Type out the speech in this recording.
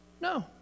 no